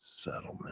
settlement